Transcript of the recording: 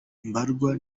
mbarwa